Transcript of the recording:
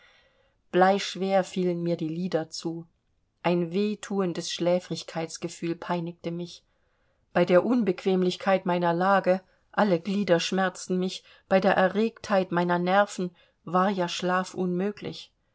bleischwer fielen mir die lider zu ein wehthuendes schläfrigkeitsgefühl peinigte mich bei der unbequemlichkeit meiner lage alle glieder schmerzten mich bei der erregtheit meiner nerven war ja schlaf unmöglich